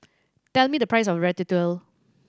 tell me the price of Ratatouille